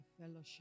fellowship